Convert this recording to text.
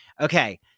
okay